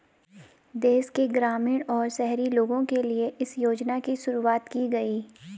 देश के ग्रामीण और शहरी लोगो के लिए इस योजना की शुरूवात की गयी